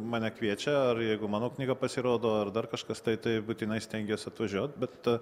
mane kviečia ar jeigu mano knyga pasirodo ar dar kažkas tai tai būtinai stengiuosi atvažiuot bet